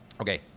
Okay